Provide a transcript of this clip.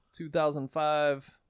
2005